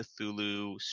Cthulhu